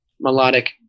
melodic